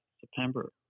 september